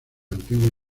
antigua